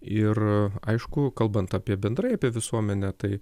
ir aišku kalbant apie bendrai apie visuomenę tai